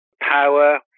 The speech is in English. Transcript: power